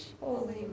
Holy